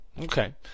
Okay